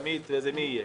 עמית ואז אני אהיה.